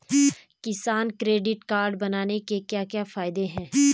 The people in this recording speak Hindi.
किसान क्रेडिट कार्ड बनाने के क्या क्या फायदे हैं?